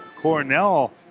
Cornell